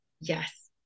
yes